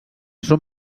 són